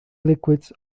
liquids